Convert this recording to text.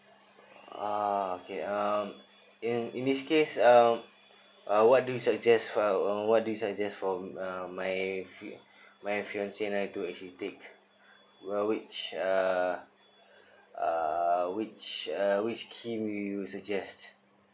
uh okay um in in this case um uh what do you suggest for what do you suggest for um my my fiancée and I to actually take which uh uh which uh which scheme will you suggest